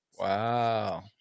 wow